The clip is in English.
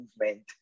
movement